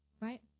right